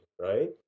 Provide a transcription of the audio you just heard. right